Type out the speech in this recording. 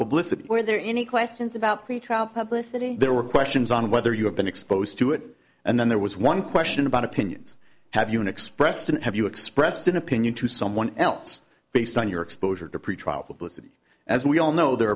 publicity or are there any questions about pretrial publicity there were questions on whether you have been exposed to it and then there was one question about opinions have you been expressed and have you expressed an opinion to someone else based on your exposure to pretrial publicity as we all know there